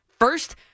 First